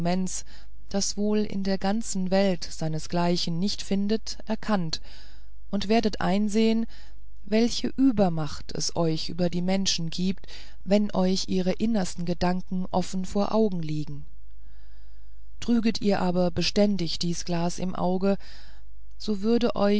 das wohl in der ganzen welt seinesgleichen nicht findet erkannt und werdet einsehen welche übermacht es euch über die menschen gibt wenn euch ihre innersten gedanken offen vor augen liegen trüget ihr aber beständig dies glas im auge so würde